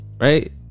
Right